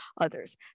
others